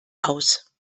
aus